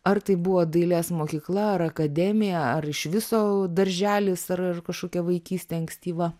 ar tai buvo dailės mokykla ar akademija ar iš viso darželis ar ar kažkokia vaikystė ankstyva